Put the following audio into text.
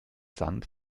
sand